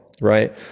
right